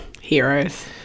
Heroes